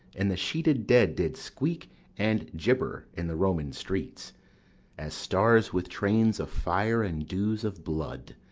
and the sheeted dead did squeak and gibber in the roman streets as, stars with trains of fire and dews of blood,